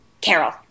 Carol